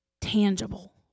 tangible